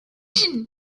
education